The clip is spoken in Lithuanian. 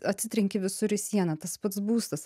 atsitrenki visur į sieną tas pats būstas